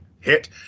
hit